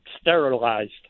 sterilized